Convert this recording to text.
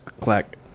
Clack